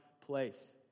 place